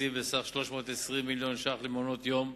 תקציב בסך 320 מיליון ש"ח למעונות-יום.